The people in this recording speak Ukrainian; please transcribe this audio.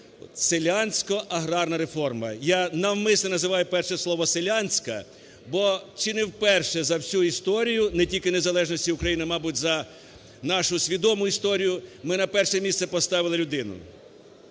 селянська аграрна реформа. Я навмисне називаю перше слово "селянська", бо чи не вперше за всю історію не тільки незалежності України, мабуть, за нашу свідому історію ми на перше місце поставили людину.